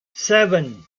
seven